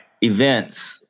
Events